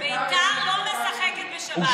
בית"ר לא משחקת בשבת.